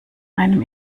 einem